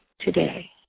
today